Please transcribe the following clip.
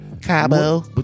Cabo